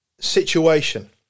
situation